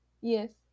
Yes